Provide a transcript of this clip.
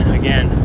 again